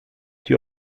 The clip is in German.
die